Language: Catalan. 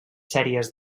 sèries